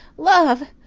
love!